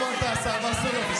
איפה אתה, השר וסרלאוף?